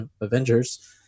Avengers